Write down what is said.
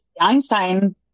Einstein